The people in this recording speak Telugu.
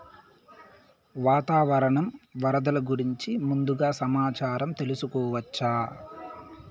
వాతావరణం వరదలు గురించి ముందుగా సమాచారం తెలుసుకోవచ్చా?